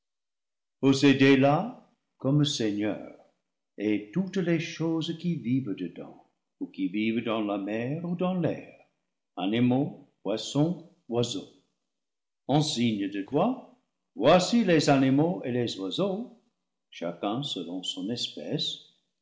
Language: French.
comme seigneurs et toutes les choses qui vivent dedans ou qui vivent dans la mer ou dans l'air animaux poissons oiseaux en signe de quoi voici les animaux et les oiseaux chacun selon son espèce